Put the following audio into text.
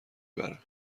بره